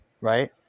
right